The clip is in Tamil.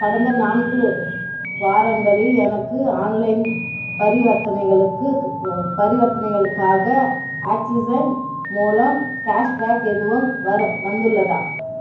கடந்த நான்கு வாரங்களில் எனக்கு ஆன்லைன் பரிவர்த்தனைகளுக்கு பரிவர்த்தனைகளுக்காக ஆக்ஸிஜன் மூலம் கேஷ்பேக் எதுவும் வரும் வந்துள்ளதா